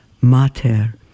Mater